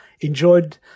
enjoyed